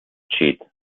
cheat